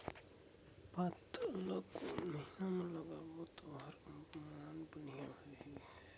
पातल ला कोन महीना मा लगाबो ता ओहार मान बेडिया होही?